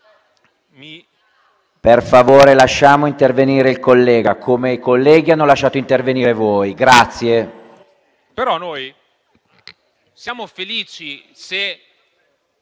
Per favore lasciamo intervenire il collega, come i colleghi hanno lasciato intervenire voi. LISEI *(FdI)*. Però siamo felici se